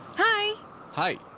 hi hi.